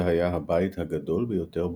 זה היה הבית הגדול ביותר ברחוב.